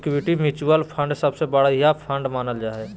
equity mutual fund सबसे बढ़िया fund मानल जा हय